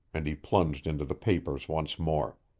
and he plunged into the papers once more.